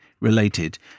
related